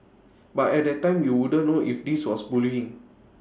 but at that time you wouldn't know if this was bullying